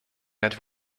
ned